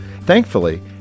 Thankfully